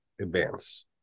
advance